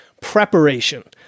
preparation